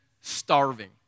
starving